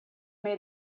made